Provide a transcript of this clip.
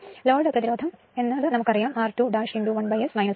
load പ്രതിരോധം എന്ന് ഉള്ളത് നമുക്ക് അറിയാം r2 1S 1 ആണെന്ന്